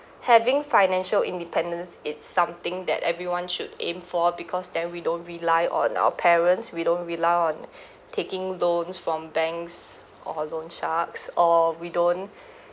having financial independence it's something that everyone should aim for because then we don't rely on our parents we don't rely on taking loans from banks or loan sharks or we don't